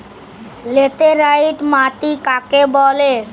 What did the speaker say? Laterite মাটি কাকে বলে?